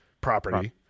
property